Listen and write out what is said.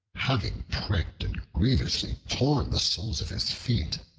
having pricked and grievously tom the soles of his feet,